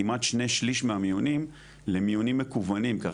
כמעט 2/3 מהמיונים למיונים מקוונים כך